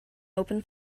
open